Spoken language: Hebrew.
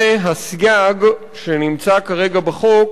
זה הסייג שנמצא כרגע בחוק